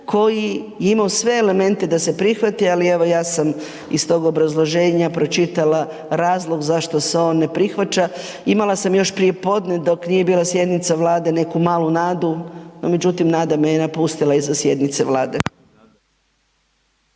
koji je imao sve elemente da se prihvati, ali evo ja sam iz tog obrazloženja pročitala razlog zašto se on ne prihvaća. Imala sam još prije podne dok nije bila sjednica Vlade neku malu nadu, no međutim nada me je napustila iza sjednice Vlade.